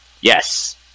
Yes